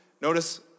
notice